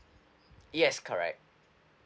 yes correct